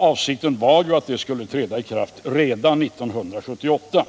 Avsikten var att det skulle träda i kraft redan 1978.